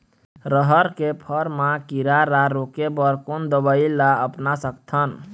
रहर के फर मा किरा रा रोके बर कोन दवई ला अपना सकथन?